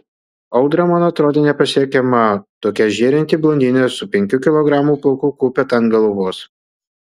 audra man atrodė nepasiekiama tokia žėrinti blondinė su penkių kilogramų plaukų kupeta ant galvos